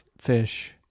fish